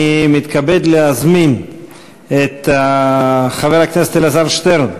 אני מתכבד להזמין את חבר הכנסת אלעזר שטרן